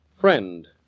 Friend